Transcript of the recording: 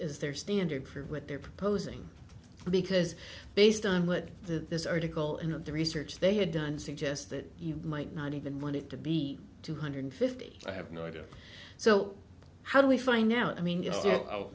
is their standard for what they're proposing because based on what the this article and of the research they had done suggests that you might not even want it to be two hundred fifty i have no idea so how do we find out i mean